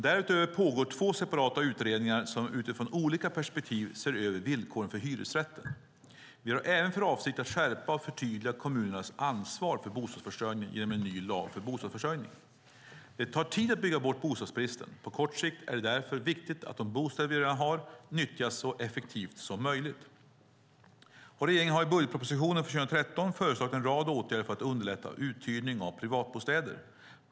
Därutöver pågår två separata utredningar som utifrån olika perspektiv ser över villkoren för hyresrätten. Vi har även för avsikt att skärpa och förtydliga kommunernas ansvar för bostadsförsörjningen genom en ny lag för bostadsförsörjning. Det tar tid att bygga bort bostadsbristen. På kort sikt är det därför viktigt att de bostäder vi redan har utnyttjas så effektivt som möjligt. Regeringen har i budgetpropositionen för 2013 föreslagit en rad åtgärder för att underlätta uthyrning av privatbostäder.